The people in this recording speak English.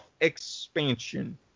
expansion